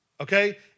okay